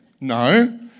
No